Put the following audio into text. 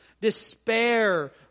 despair